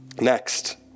Next